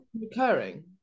recurring